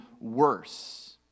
worse